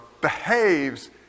behaves